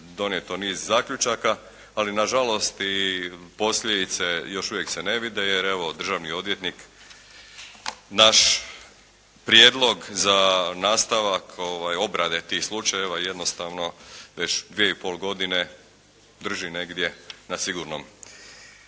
donijeto niz zaključaka, ali na žalost posljedice još uvijek se ne vide, jer evo državni odvjetnik naš prijedlog za nastavak obrade tih slučajeva evo jednostavno već dvije i pol godine drži negdje na sigurnom.